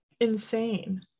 insane